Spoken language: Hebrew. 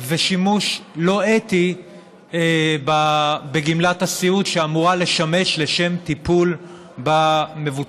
ושימוש לא אתי בגמלת הסיעוד שאמורה לשמש לשם טיפול במבוטח,